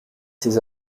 ces